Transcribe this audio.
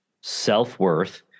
self-worth